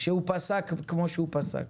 שהוא פסק כמו שהוא פסק?